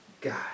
God